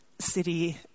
city